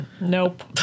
Nope